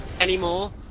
anymore